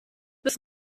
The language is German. bis